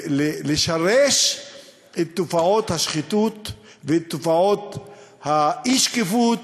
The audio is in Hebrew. לשרש את תופעות השחיתות ותופעות האי-שקיפות,